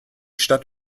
stadt